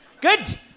Good